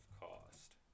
cost